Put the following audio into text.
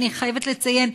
אני חייבת לציין,